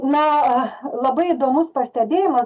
na labai įdomus pastebėjimą